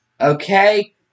okay